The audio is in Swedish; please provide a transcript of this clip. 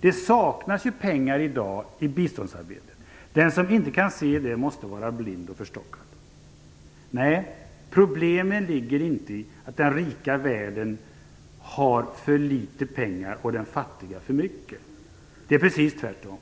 Det saknas i dag pengar i biståndsarbetet. Den som inte kan se det måste vara blind eller förstockad. Nej, problemet ligger inte i att den rika världen har för litet pengar och den fattiga för mycket. Det är precis tvärtom.